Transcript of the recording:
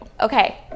Okay